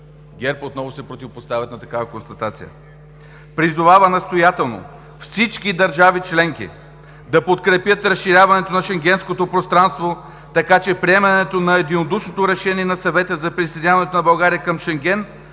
ГЕРБ отново се противопоставят на такава констатация. „- призовава настоятелно всички държави членки да подкрепят разширяването на Шенгенското пространство, така че приемането на единодушното решение на Съвета за присъединяването на България към Шенген